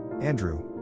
Andrew